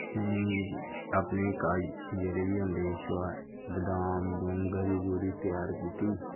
अपने घर जेह्ड़े बी होंदे हे छुआ बदाम बदूम गरी गुरी त्यार कीती